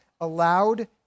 allowed